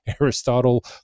Aristotle